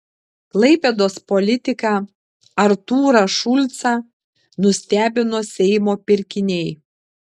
klaipėdos politiką artūrą šulcą nustebino seimo pirkiniai